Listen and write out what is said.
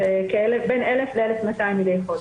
בין 1,000 ל-1,200 מידי חודש.